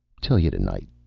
tell you tonight,